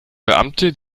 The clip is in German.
beamte